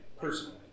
Personally